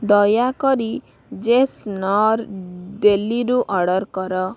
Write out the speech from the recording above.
ଦୟାକରି ଜେସନର ଡେଲିରୁ ଅର୍ଡ଼େର କର